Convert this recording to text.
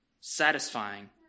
satisfying